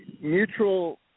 mutual